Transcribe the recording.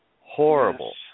Horrible